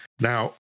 Now